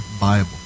Bible